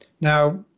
Now